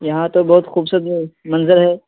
یہاں تو بہت خوبصورت منظر ہے